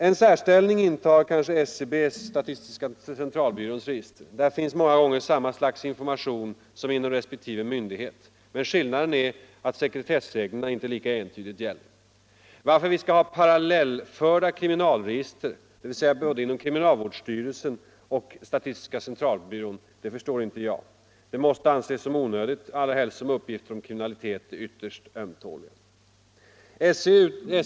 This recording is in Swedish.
En särställning intar SCB:s register. Där finns många gånger samma slags information som inom resp. myndighet, men skillnaden är att sekretessreglerna inte lika entydigt gäller. Varför vi skall ha parallellförda kriminalregister, dvs. både inom kriminalvårdsstyrelsen och hos statistiska centralbyrån, det förstår inte jag. Det måste anses som onödigt, allra helst som uppgifter om kriminalitet är ytterligt ömtålig information.